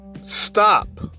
stop